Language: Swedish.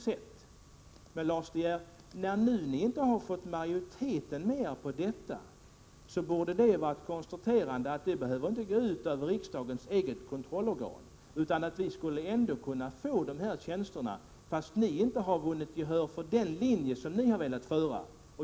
När ni nu inte har fått majoriteten med er borde ni säga er att det inte behövde gå ut över riksdagens eget kontrollorgan utan att vi ändå skulle kunna få dessa tjänster — alltså även om ni inte har fått gehör för den linje som ni har velat föra.